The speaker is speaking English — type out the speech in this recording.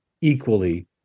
equally